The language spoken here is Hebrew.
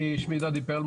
דדי.